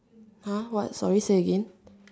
!huh! what sorry say again